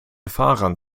fahrern